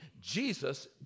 Jesus